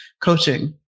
coaching